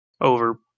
over